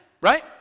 right